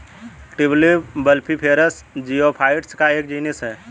tulip bulbiferous geophytes का एक genus है